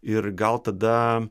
ir gal tada